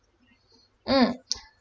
mm